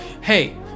Hey